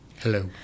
Hello